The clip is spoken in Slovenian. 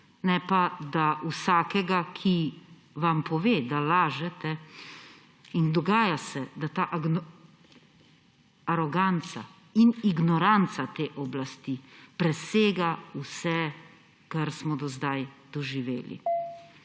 ne pa, da vsakega, ki vam pove, da lažete. In dogaja se, da ta aroganca in ignoranca te oblasti presega vse, kar smo do zdaj doživeli.